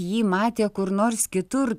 jį matė kur nors kitur